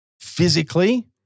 physically